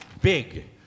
big